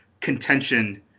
contention